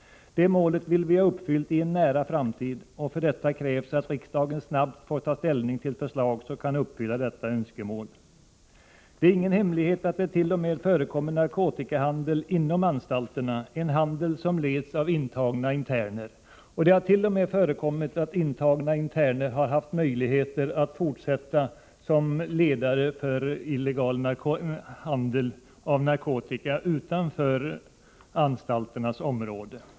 Det målet vill vi ha uppfyllt i en nära framtid, och för detta krävs att riksdagen snabbt får ta ställning till förslag, som kan uppfylla detta önskemål. Det är ingen hemlighet att det förekommer narkotikahandel inom anstalterna, en handel som leds av intagna interner. Det har t.o.m. förekommit att intagna interner har haft möjlighet att fortsätta såsom ledare för illegal handel med narkotika utanför anstalternas område.